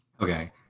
Okay